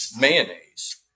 mayonnaise